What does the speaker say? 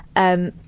and,